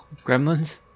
gremlins